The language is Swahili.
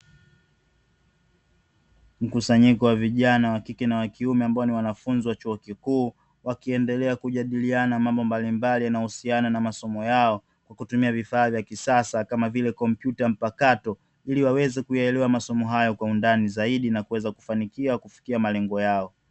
Mkusanyiko wa vijana wa kike na wa kiume, ambao ni wanafunzi wa chuo kikuu, wakiendelea kujadiliana mambo mbalimbali yanayohusiana na masomo yao, kwa kutumia vifaa vya kisasa kama vile kompyuta mpakato, ili waweze kuelewa masomo hayo kwa undani zaidi na waweze kufanikiwa kufikia malengo yao.